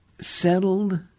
settled